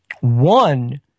one –